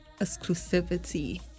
exclusivity